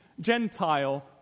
Gentile